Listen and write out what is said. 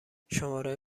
شماره